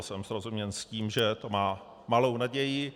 Jsem srozuměn s tím, že to má malou naději.